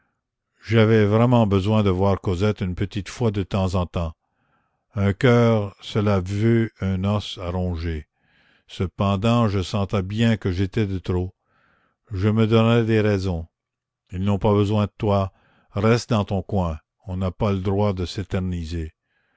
j'avais vraiment besoin de voir cosette une petite fois de temps en temps un coeur cela veut un os à ronger cependant je sentais bien que j'étais de trop je me donnais des raisons ils n'ont pas besoin de toi reste dans ton coin on n'a pas le droit de s'éterniser